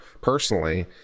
personally